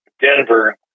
Denver